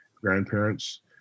grandparents